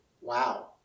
Wow